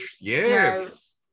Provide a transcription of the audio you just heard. yes